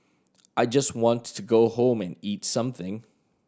I just want to go home and eat something